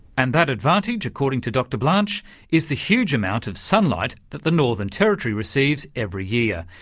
and that advantage, according to dr blanch is the huge amount of sunlight that the northern territory receives every year.